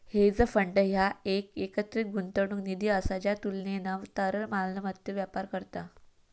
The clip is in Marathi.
हेज फंड ह्या एक एकत्रित गुंतवणूक निधी असा ज्या तुलनेना तरल मालमत्तेत व्यापार करता